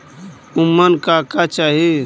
उमन का का चाही?